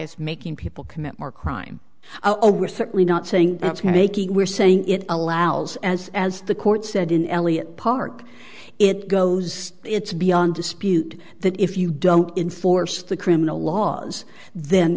is making people commit more crime oh we're certainly not saying that's making we're saying it allows as as the court said in elliott park it goes it's beyond dispute that if you don't enforce the criminal laws then